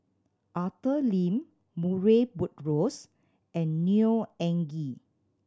Arthur Lim Murray Buttrose and Neo Anngee